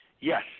yes